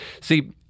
See